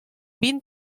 vint